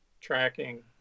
tracking